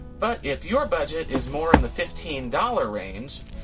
but if your budget is more in the fifteen dollars range,